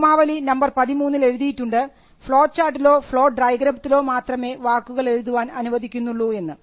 നിയമാവലി number പതിമൂന്നിൽ എഴുതിയിട്ടുണ്ട് ഫ്ലോചാർട്ടിലോ ഫ്ലോ ഡയഗ്രത്തിലോ മാത്രമേ വാക്കുകൾ എഴുതുവാൻ അനുവദിക്കുന്നുള്ളൂ എന്ന്